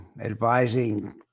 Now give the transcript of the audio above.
advising